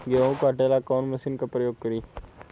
गेहूं काटे ला कवन मशीन का प्रयोग करी?